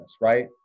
right